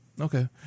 Okay